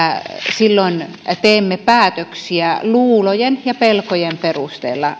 silloin teemme päätöksiä luulojen ja pelkojen perusteella